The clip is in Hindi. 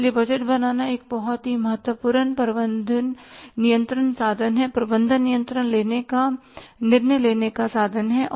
इसलिए बजट बनाना एक बहुत ही महत्वपूर्ण प्रबंधन नियंत्रण साधन है प्रबंधन निर्णय लेने का साधन है